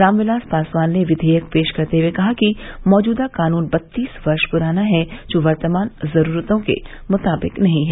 रामविलास पासवान ने विवेयक पेश करते हुए कहा कि मौजूदा कानून बत्तीस वर्ष पुराना है जो वर्तमान जरूरतों के मुताबिक नहीं है